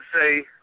say